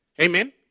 Amen